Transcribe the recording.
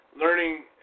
learning